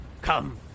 Come